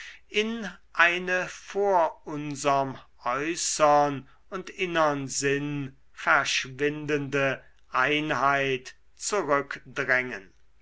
in eine vor unserm äußern und innern sinn verschwindende einheit zurückdrängen